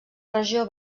regió